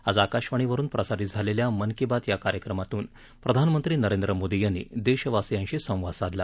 आज आकाशवाणीवरून प्रसारित झालेल्या मन की बात या कार्यक्रमातून प्रधानमंत्री नरेंद्र मोदी यांनी देशवासीयांशी संवाद साधला